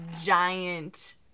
giant